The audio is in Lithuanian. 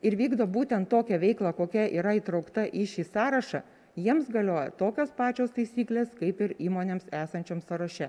ir vykdo būtent tokią veiklą kokia yra įtraukta į šį sąrašą jiems galioja tokios pačios taisyklės kaip ir įmonėms esančioms sąraše